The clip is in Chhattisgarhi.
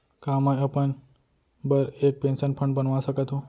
का मैं अपन बर एक पेंशन फण्ड बनवा सकत हो?